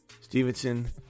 Stevenson